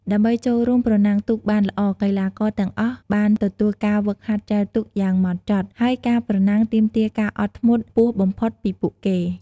ដើម្បីចូលរួមប្រណាំងទូកបានល្អ កីឡាករទាំងអស់បានទទួលការហ្វឹកហាត់ចែវទូកយ៉ាងម៉ត់ចត់ ហើយការប្រណាំងទាមទារការអត់ធ្មត់ខ្ពស់បំផុតពីពួកគេ។